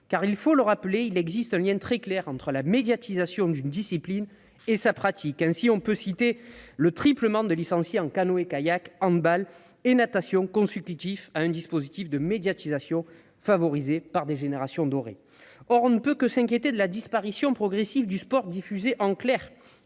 il faut le rappeler, il existe un lien très clair entre la médiatisation d'une discipline et sa pratique. On peut ainsi citer le triplement des licenciés en canoë-kayak, handball et natation, consécutif à un dispositif de médiatisation favorisé par des générations dorées. Or on ne peut que s'inquiéter de la disparition progressive du sport diffusé en clair,